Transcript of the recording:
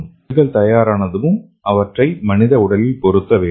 செல்கள் தயாரானதும் அவற்றை மனித உடலில் பொருத்த வேண்டும்